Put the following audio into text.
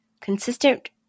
consistent